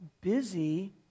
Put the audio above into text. busy